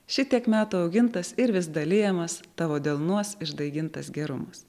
šitiek metų augintas ir vis dalijamas tavo delnuos išdaigintas gerumas